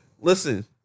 Listen